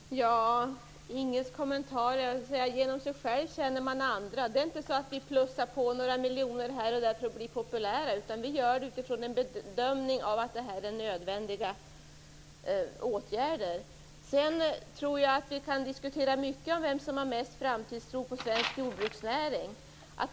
Herr talman! Vad gäller Inge Carlssons kommentar höll jag på att säga: Genom sig själv känner man andra. Vi plussar inte på några miljoner här och där för att bli populära. Vi gör det utifrån en bedömning att det är nödvändiga åtgärder. Jag tror att vi kan diskutera mycket om vem som har mest framtidstro när det gäller svensk jordbruksnäring.